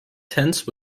tense